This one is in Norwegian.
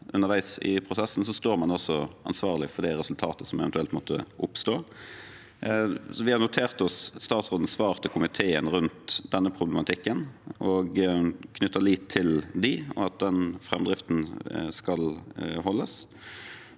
underveis i prosessen, står man også ansvarlig for det resultatet som eventuelt måtte oppstå. Vi har notert oss statsrådens svar til komiteen rundt denne problematikken og fester lit til dem og at den framdriften skal holdes.